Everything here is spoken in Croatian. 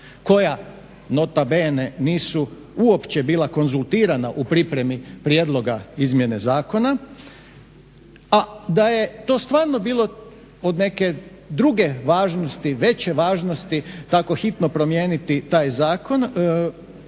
koja nota bene nisu uopće bila konzultirana u pripremi prijedloga izmjene zakona. A da je to stvarno bilo od neke druge važnosti, veće važnosti tako hitno promijeniti taj zakon,